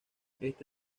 este